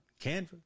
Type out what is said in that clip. Canva